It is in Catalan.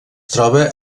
troba